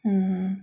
mm